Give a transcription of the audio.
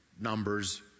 numbers